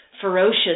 ferocious